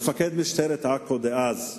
מפקד משטרת עכו דאז,